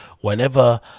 whenever